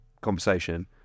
conversation